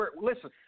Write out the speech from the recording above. Listen